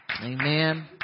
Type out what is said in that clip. amen